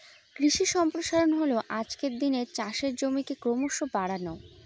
কৃষি সম্প্রসারণ হল আজকের দিনে চাষের জমিকে ক্রমশ বাড়ানো